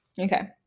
Okay